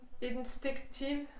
instinctive